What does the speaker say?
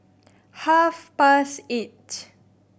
half past eight